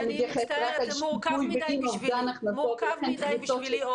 זה מורכב מדי בשבילי,